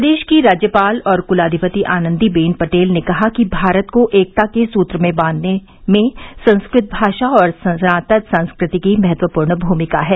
प्रदेश की राज्यपाल और कुलाधिपति आनन्दीबेन पटेल ने कहा कि भारत को एकता के सूत्र में बांघने में संस्कृत भाषा और सनातन संस्कृति की महत्वपूर्ण भूमिका है